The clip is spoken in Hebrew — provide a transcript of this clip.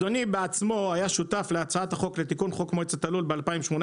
אדוני בעצמו היה שותף להצעת החוק לתיקון חוק מועצת הלול ב-2018,